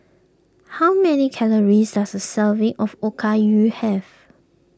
how many calories does a serving of Okayu have